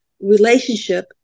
relationship